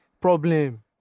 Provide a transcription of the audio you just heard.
Problem